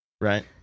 Right